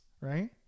right